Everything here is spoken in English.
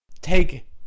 take